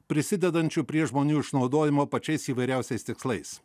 prisidedančių prie žmonių išnaudojimo pačiais įvairiausiais tikslais